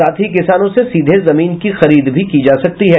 साथ ही किसानों से सीधे जमीन की खरीद भी की जा सकती है